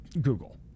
Google